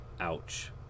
ouch